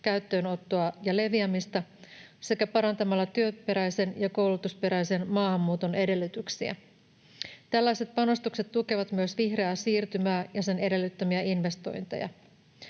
käyttöönottoa ja leviämistä sekä parantamalla työperäisen ja koulutusperäisen maahanmuuton edellytyksiä. Tällaiset panostukset tukevat myös vihreää siirtymää ja sen edellyttämiä investointeja.